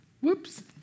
Whoops